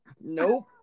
Nope